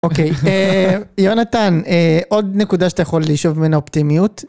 אוקיי. יונתן, עוד נקודה שאתה יכול לשאוב ממנה אופטימיות.